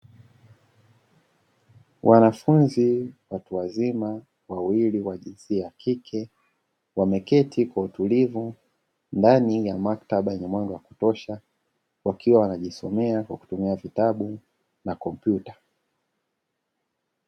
Wanafunzi watu wazima wawili wa jinsia ya kike wameketi kwa utulivu ndani ya maktaba yenye mwanga wa kutosha, wakiwa wanajisomea kwa kutumia vitabu na kompyuta.